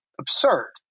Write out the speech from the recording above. absurd